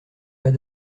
pas